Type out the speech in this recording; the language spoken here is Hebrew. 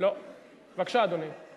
בבקשה, אדוני.